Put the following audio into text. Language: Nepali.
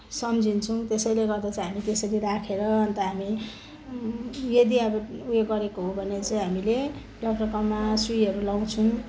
समझिन्छौँ त्यसैले गर्दा चाहिँ हामी त्यसरी राखेर अन्त हामी यदि अब उयो गरेको हो भने चाहिँ हामीले डक्टरकोमा सुईहरू लाउँछौँ